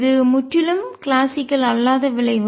இது முற்றிலும் கிளாசிக்கல் அல்லாத விளைவு